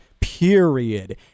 Period